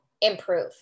improve